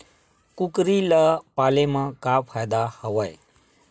कुकरी ल पाले म का फ़ायदा हवय?